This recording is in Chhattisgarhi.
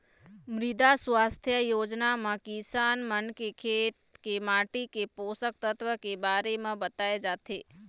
मृदा सुवास्थ योजना म किसान मन के खेत के माटी के पोसक तत्व के बारे म बताए जाथे